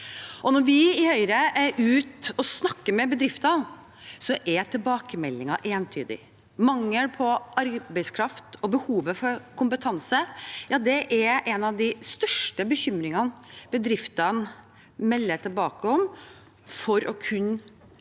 Når vi i Høyre er ute og snakker med bedrifter, er tilbakemeldingen entydig. Mangel på arbeidskraft og behovet for kompetanse er en av de største bekymringene bedriftene melder tilbake om for at de skal